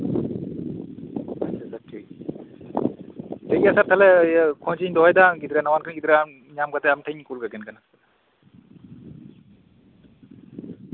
ᱟᱪᱪᱷᱟ ᱥᱟᱨ ᱴᱷᱤᱠᱜᱮᱭᱟ ᱴᱷᱤᱠᱜᱮᱭᱟ ᱠᱷᱳᱡᱤᱧ ᱫᱚᱦᱚᱭᱮᱫᱟ ᱱᱟᱣᱟᱱᱠᱤᱱ ᱜᱤᱫᱽᱨᱟᱹ ᱧᱟᱢ ᱠᱟᱛᱮ ᱠᱩᱞ ᱜᱚᱫ ᱟᱢᱴᱷᱮᱱᱤᱧ ᱠᱩᱞ ᱜᱚᱫ ᱠᱟᱹᱠᱤᱱ ᱠᱟᱱᱟ